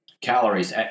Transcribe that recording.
Calories